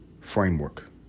framework